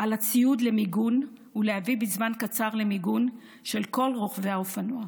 על הציוד למיגון ולהביא בזמן קצר למיגון של כל רוכבי האופנוע.